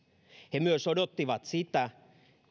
he myös odottivat sitä